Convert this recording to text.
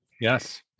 Yes